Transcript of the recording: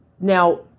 Now